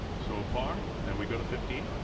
so par and we go to fifteen.